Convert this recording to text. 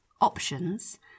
options